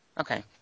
Okay